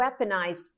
weaponized